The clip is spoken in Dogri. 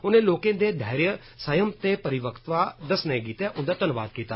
उनें लोकें दे धैर्य संयम ते परिपक्वता दस्सने गित्तै उन्दा धन्नवाद कीता